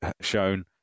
shown